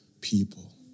people